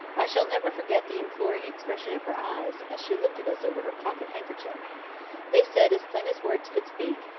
i shall never forget the imploring expression of her eyes, as she looked at us over her pocket-handkerchief. they said, as plain as words could speak,